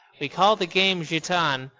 we call the game jetan.